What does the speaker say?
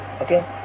Okay